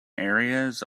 areas